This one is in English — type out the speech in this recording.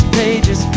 pages